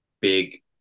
big